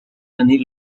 années